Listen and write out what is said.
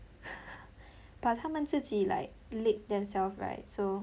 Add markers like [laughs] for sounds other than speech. [laughs] but 它们自己 like lick themself right so